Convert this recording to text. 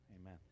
amen